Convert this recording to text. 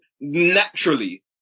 naturally